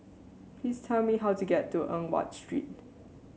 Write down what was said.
please tell me how to get to Eng Watt Street